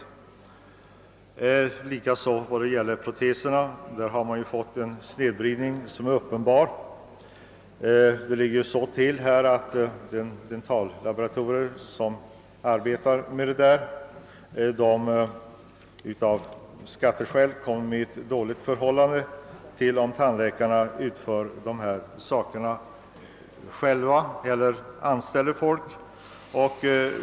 När det gäller proteser har det likaså uppstått en uppenbar snedvridning, i det att dentallaboratorier som arbetar med proteser blir hårdare beskattade än de tandläkare som åstadkommer proteser själva eller medelst anställda.